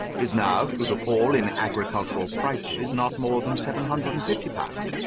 is now, through the fall in agricultural prices, not more than seven hundred and fifty pounds.